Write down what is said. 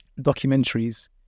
documentaries